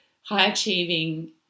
high-achieving